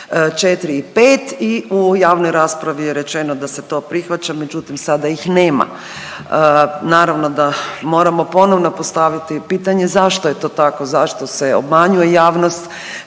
4. i 5. i u javnoj raspravi je rečeno da se ti prihvaća, međutim sada ih nema. Naravno da moramo ponovno postaviti pitanje zašto je to tako, zašto se obmanjuje javnost?